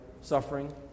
suffering